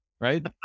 right